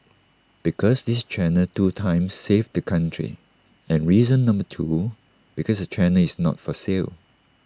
because this channel two times saved the country and reason number two because the channel is not for sale